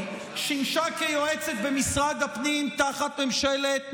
שימשה כיועצת במשרד הפנים תחת ממשלת נתניהו,